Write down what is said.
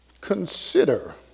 Consider